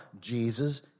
Jesus